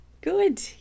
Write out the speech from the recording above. Good